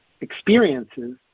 experiences